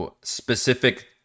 specific